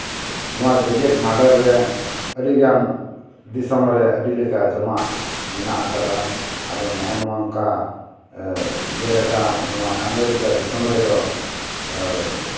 ᱱᱚᱣᱟ ᱡᱮᱜᱮᱛ ᱢᱟᱰᱮᱨ ᱨᱮ ᱟᱹᱰᱤ ᱜᱟᱱ ᱫᱤᱥᱚᱢ ᱨᱮ ᱟᱹᱰᱤ ᱞᱮᱠᱟᱱ ᱡᱚᱢᱟᱜ ᱢᱮᱱᱟᱜ ᱟᱠᱟᱫᱟ ᱟᱫᱚ ᱱᱚᱜᱼᱚᱸᱭ ᱱᱚᱝᱠᱟ ᱡᱮᱞᱮᱠᱟ ᱟᱢᱮᱨᱤᱠᱟ ᱫᱤᱥᱚᱢ ᱨᱮᱫᱚ